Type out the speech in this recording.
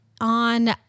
on